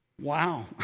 Wow